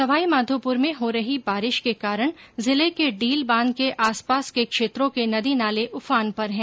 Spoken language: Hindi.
सवाईमाधोपुर में हो रही बारिश के कारण जिले के डील बांध के आस पास के क्षेत्रों के नदी नाले उफान पर है